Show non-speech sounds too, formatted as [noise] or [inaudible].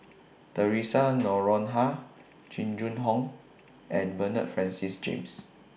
Theresa [noise] Noronha Jing Jun Hong and Bernard Francis James